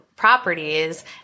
properties